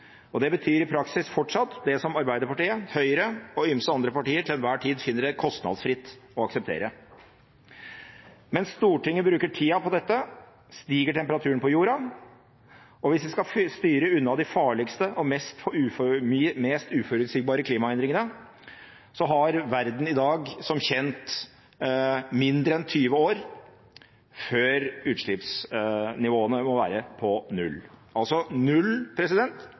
Og det betyr i praksis fortsatt det Arbeiderpartiet, Høyre og ymse andre partier til enhver tid finner det kostnadsfritt å akseptere. Mens Stortinget bruker tida på dette, stiger temperaturen på jorda, og hvis vi skal styre unna de farligste og mest uforutsigbare klimaendringene, har verden i dag som kjent mindre enn 20 år før utslippsnivåene må være på null – altså null, president,